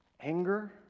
Anger